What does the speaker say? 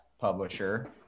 publisher